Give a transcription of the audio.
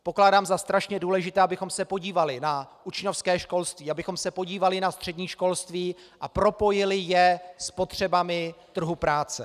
Pokládám za strašně důležité, abychom se podívali na učňovské školství, abychom se podívali na střední školství a propojili je s potřebami trhu práce.